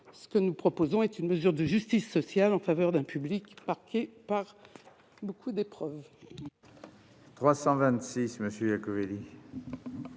refusée. Nous proposons une mesure de justice sociale en faveur d'un public marqué par beaucoup d'épreuves. La parole